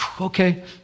okay